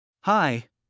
Hi